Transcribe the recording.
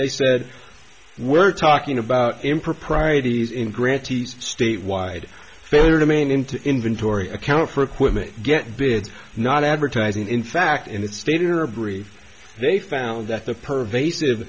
they said we're talking about improprieties in grant state wide failure to mean into inventory account for equipment get bids not advertising in fact in that state or a brief they found that the per vas